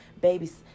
babies